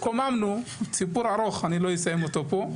התקוממנו, זה סיפור ארוך, אני לא אסיים אותו פה.